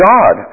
God